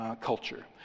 culture